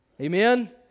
Amen